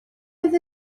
oedd